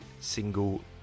single